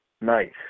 Nice